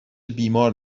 بیمار